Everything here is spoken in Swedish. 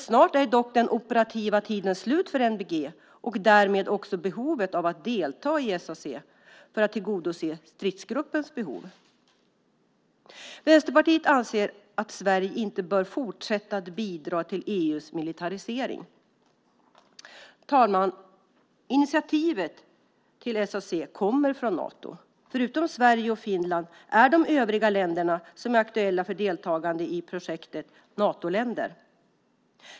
Snart är dock den operativa tiden slut för NBG och därmed också behovet att delta i SAC för att tillgodose stridsgruppens behov. Vänsterpartiet anser att Sverige inte bör fortsätta att bidra till EU:s militarisering. Fru talman! Initiativet till SAC kommer från Nato. Förutom Sverige och Finland är de övriga länderna som är aktuella för deltagande i projektet Natoländer.